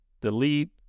delete